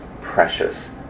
precious